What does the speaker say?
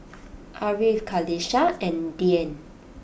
Ariff Qalisha and Dian